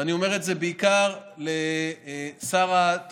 ואני אומר את זה בעיקר לשר התקשורת,